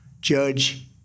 Judge